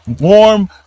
warm